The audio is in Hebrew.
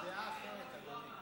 אז דעה אחרת, אדוני.